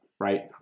right